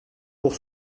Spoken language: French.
pour